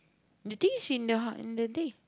that day she th~ that day